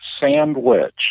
sandwich